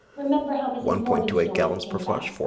remember how mrs. morgan's stories came back.